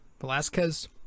Velasquez